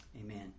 Amen